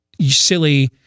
silly